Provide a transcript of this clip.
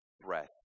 breath